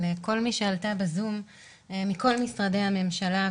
אבל כל מי שעלתה בזום מכל משרדי הממשלה,